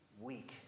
week